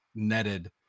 netted